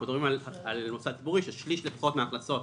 אנחנו מדברים על מוסד ציבורי ששליש לפחות מן ההכנסות